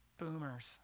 Boomers